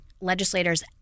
legislators